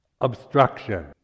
obstruction